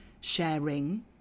sharing